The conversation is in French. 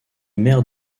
maires